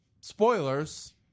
spoilers